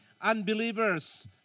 unbelievers